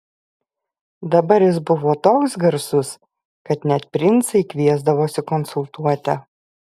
dabar jis buvo toks garsus kad net princai kviesdavosi konsultuoti